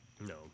No